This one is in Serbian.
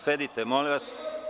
Sedite molim vas.